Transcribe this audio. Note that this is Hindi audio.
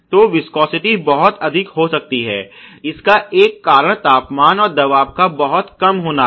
तो विस्कोसिटी बहुत अधिक हो सकती है इसका एक कारण तापमान और दबाव का बहुत कम होना है